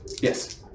Yes